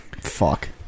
Fuck